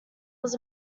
was